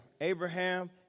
Abraham